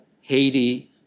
Haiti